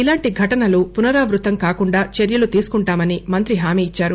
ఇలాంటి ఘటనలు పునరావృతం కాకుండా చర్యలు తీసుకుంటామని మంత్రి హామీ ఇచ్సారు